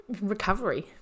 recovery